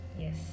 yes